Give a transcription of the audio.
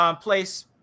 place